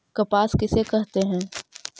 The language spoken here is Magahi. कपास किसे कहते हैं?